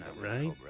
right